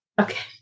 Okay